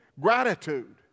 Gratitude